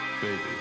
Baby